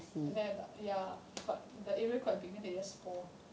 then ya but the area quite big then they just fall